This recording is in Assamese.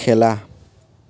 খেলা